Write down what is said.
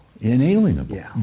Inalienable